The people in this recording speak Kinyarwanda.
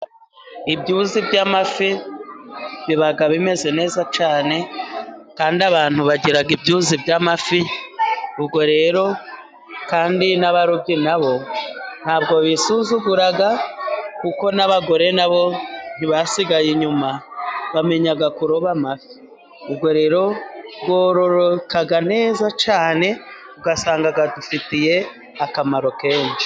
Ibyuzi by'amafi biba bimeze neza cyane kandi abantu bagira ibyuzi by'amafi, ubwo rero kandi n'abarobyi na bo ntabwo bisuzugura kuko n'abagore na bo ntibasigaye inyuma bamenya kuroba amafi ,ubwo rero yororoka neza cyane ugasanga adufitiye akamaro kenshi.